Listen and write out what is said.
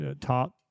top